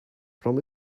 from